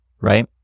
right